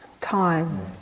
time